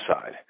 side